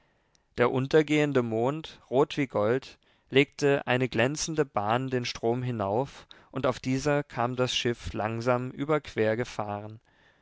der untergehende mond rot wie gold legte eine glänzende bahn den strom hinauf und auf dieser kam das schiff langsam überquer gefahren